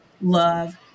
love